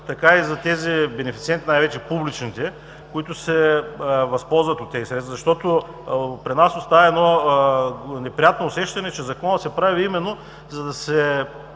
така и за тези бенефициенти, най-вече публичните, които се възползват от тези средства. При нас остава едно неприятно усещане, че Законът се прави именно, за да се